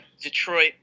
Detroit